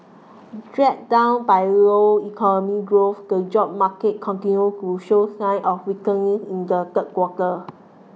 dragged down by low economy growth the job market continued to show signs of weakening in the third quarter